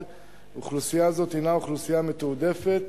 אוכלוסייה זאת הינה אוכלוסייה מתועדפת,